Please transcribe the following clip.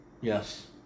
Yes